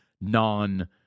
non